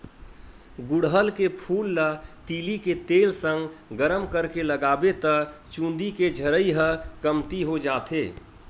गुड़हल के फूल ल तिली के तेल संग गरम करके लगाबे त चूंदी के झरई ह कमती हो जाथे